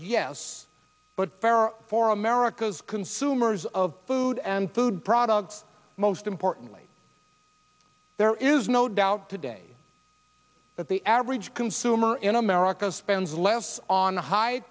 yes but for america's consumers of food and food products most importantly there is no doubt today that the average consumer in america spends less on a high